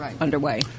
underway